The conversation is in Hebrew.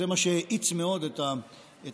זה מה שהאיץ מאוד את הגידול,